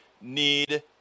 Need